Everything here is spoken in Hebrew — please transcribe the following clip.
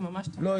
זה ממש --- לא,